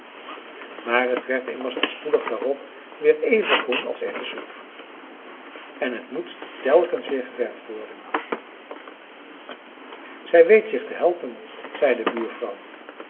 maar het werd immers al spoedig daarop weer even groen als erwtensoep en het moet telkens weer geverfd worden zij weet zich te helpen zei de buurvrouw